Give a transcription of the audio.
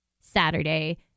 Saturday